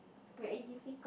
very difficult